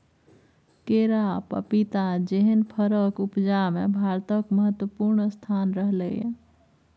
केरा, पपीता जेहन फरक उपजा मे भारतक महत्वपूर्ण स्थान रहलै यै